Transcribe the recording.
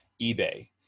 eBay